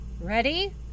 Ready